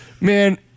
man